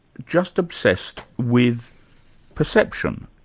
just obsessed with perception,